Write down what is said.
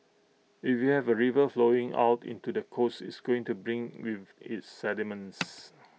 if you have A river flowing out into the coast it's going to bring with is sediments